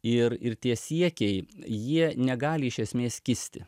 ir ir tie siekiai jie negali iš esmės kisti